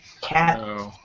cat